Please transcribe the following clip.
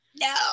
No